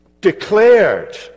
declared